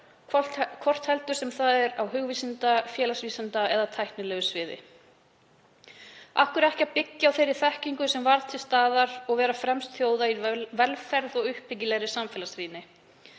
hvort heldur sem það er á hugvísinda-, félagsvísinda- eða tæknilegu sviði? Af hverju ekki að byggja á þeirri þekkingu sem var til staðar og vera fremst meðal þjóða í velferð og uppbyggilegri samfélagsrýni?